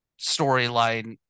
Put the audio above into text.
storyline